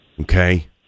Okay